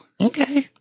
Okay